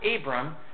Abram